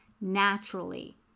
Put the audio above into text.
naturally